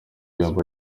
gihembo